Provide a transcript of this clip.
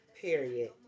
period